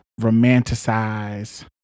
romanticize